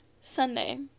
Sunday